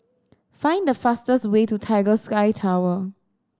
find the fastest way to Tiger Sky Tower